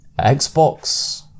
Xbox